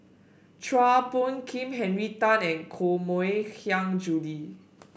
Chua Phung Kim Henry Tan and Koh Mui Hiang Julie